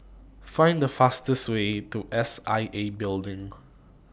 Find The fastest Way to S I A Building